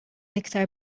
iktar